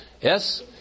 Yes